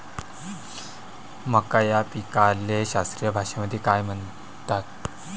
मका या पिकाले शास्त्रीय भाषेमंदी काय म्हणतात?